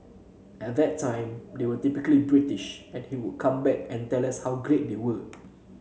at that time they were typically British and he would come back and tell us how great they were